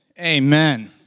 Amen